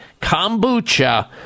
Kombucha